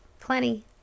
Plenty